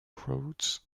rhodes